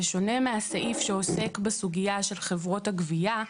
בשונה מהסעיף שעוסק בסוגיה של חברות הגבייה,